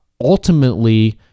ultimately